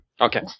Okay